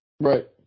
Right